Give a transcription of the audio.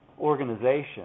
organization